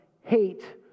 hate